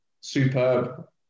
superb